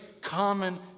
common